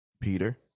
Peter